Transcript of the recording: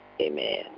amen